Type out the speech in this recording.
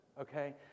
Okay